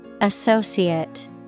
Associate